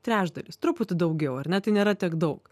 trečdalis truputį daugiau ar ne tai nėra tiek daug